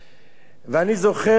ואני זוכר כאשר